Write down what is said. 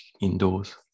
indoors